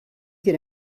get